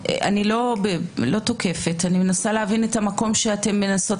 אני לא תוקפת אלא מנסה לבין את המקום שאתן מנסות